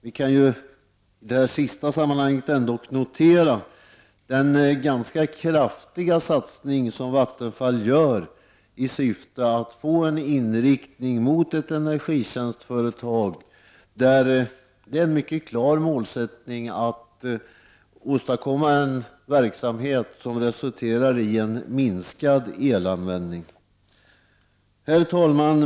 Vad beträffar Vattenfall kan vi ändock notera den ganska kraftiga satsning som där görs i syfte att få en inriktning mot ett energitjänstföretag. Det finns en mycket klar målsättning att åstadkomma en verksamhet som resulterar i minskad elanvändning. Herr talman!